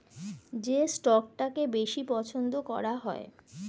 যে স্টকটাকে বেশি পছন্দ করা হয়